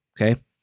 Okay